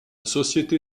société